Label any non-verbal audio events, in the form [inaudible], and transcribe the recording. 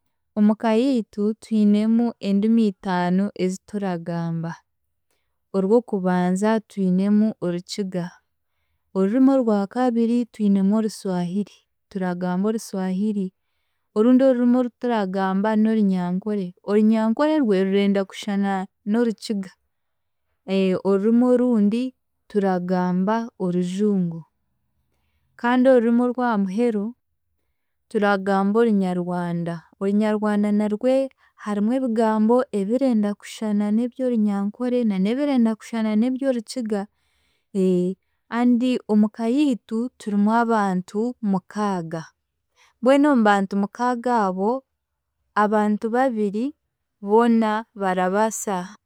Omu ka yiitu twinemu endimi itaano ezituragamba. Orw'okubanza; twinemu Orukiga. Orurimi orwa kabiri twinemu Oruswahiri, turagamba Oruswahiri. Orundi orurimi oru turagamba n'Orunyankore, Orunyankore rwe rurenda kushushana n'Orukiga, [hesitation] orurimu orundi turagamba Orujungu kandi orurimi orw'aha muheru turagamba Orunyarwanda, Orunyarwanda narwe harimu ebigambo ebirenda kushana na n'eby'Orungankore na n'ebirikwenda kushana n'eby'Orukiga, and omu ka yiitu turimu abantu mukaaga, mbwenu omu bantu mukaaga abo, abantu babiri boona barabaasa